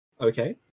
Okay